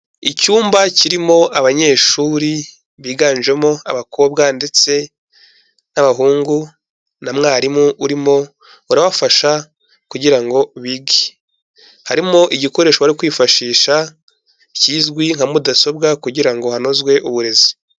Icyumba kirimo abanyeshuri biganjemo abakobwa ndetse n'abahungu na mwarimu urimo urabafasha kugira ngo bige, harimo igikoresho cyo kwifashisha kizwi nka mudasobwa kugira ngo hanozwe uburezi.